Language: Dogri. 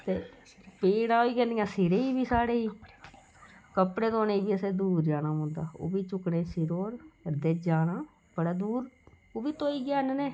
ते पीड़ां होंदियां सिरै बी साढ़े कपड़े धोने बी असें दूर जाना पौंदा ओह बी चुक्कने सिरै'रै ते जाना बड़ी दूर ओह बी धोइयै आह्नने